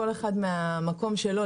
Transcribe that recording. כל אחד מהמקום שלו,